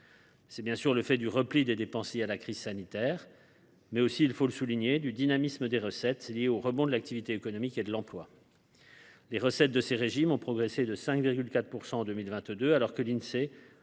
C’est, bien sûr, le fait du repli des dépenses liées à la crise sanitaire, mais aussi – il faut le souligner – du dynamisme des recettes liées au rebond de l’activité économique et de l’emploi. Les recettes de ces régimes ont progressé de 5,4 % en 2022, alors que l’Insee